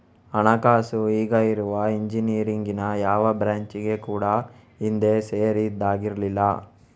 ಹಣಕಾಸು ಈಗ ಇರುವ ಇಂಜಿನಿಯರಿಂಗಿನ ಯಾವ ಬ್ರಾಂಚಿಗೆ ಕೂಡಾ ಹಿಂದೆ ಸೇರಿದ್ದಾಗಿರ್ಲಿಲ್ಲ